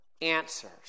answers